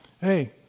Hey